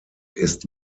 ist